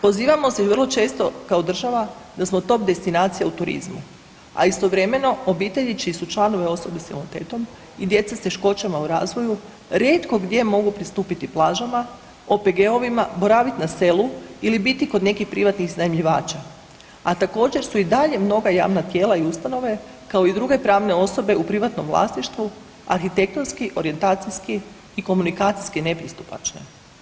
Pozivamo se i vrlo često kao država da smo top destinacija u turizmu, a istovremeno obitelji čiji su članovi osobe s invaliditetom i djeca s teškoćama u razvoju rijetko gdje mogu pristupiti plažama, OPG-ovima, boraviti na selu ili biti kod nekih privatnih iznajmljivača, a također su i dalje mnoga javna tijela i ustanove kao i druge pravne osobe u privatnom vlasništvu arhitektonski, orijentacijski i komunikacijski nepristupačne.